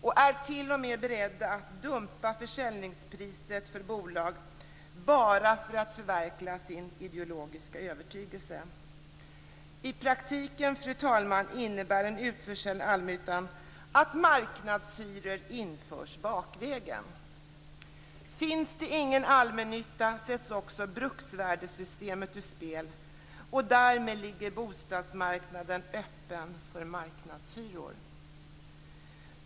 De är t.o.m. beredda att dumpa försäljningspriset för bolag, bara för att förverkliga sin ideologiska övertygelse. Fru talman! I praktiken innebär en utförsäljning av allmännyttan att marknadshyror införs bakvägen. Finns det inte en allmännytta sätts också bruksvärdessystemet ur spel. Därmed ligger bostadsmarknaden öppen för marknadshyror.